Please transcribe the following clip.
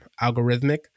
algorithmic